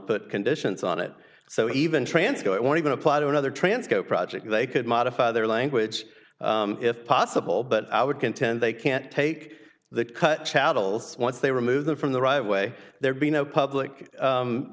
put conditions on it so even transco it won't even apply to another transco project they could modify their language if possible but i would contend they can't take the cut chattels once they remove them from the right way there be no public